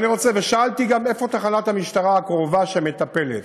שאלתי גם איפה תחנה המשטרה הקרובה שמטפלת,